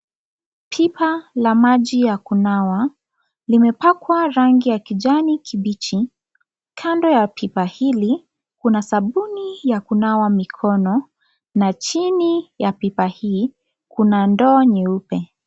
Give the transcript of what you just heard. Pipa la maji ya kunawa , limepakwa rangi ya kijani kibichi ,Kando ya pipa hili kuna sabuni ya kunawa mikono na chini ya pipa hii, kuna ndoo nyeupe.